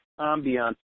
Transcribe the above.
ambiance